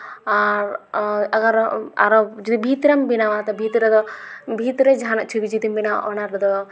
ᱟᱨ ᱟᱨᱚ ᱡᱩᱫᱤ ᱵᱷᱤᱛ ᱨᱮᱢ ᱵᱮᱱᱟᱣᱟ ᱛᱚ ᱵᱷᱤᱛ ᱨᱮᱫᱚ ᱵᱷᱤᱛ ᱨᱮ ᱡᱟᱦᱟᱱᱟᱜ ᱪᱷᱚᱵᱤ ᱡᱩᱫᱤᱢ ᱵᱮᱱᱟᱣᱟ ᱚᱱᱟ ᱨᱮᱫᱚ